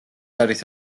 არის